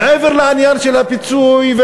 מעבר לעניין של הפיצוי,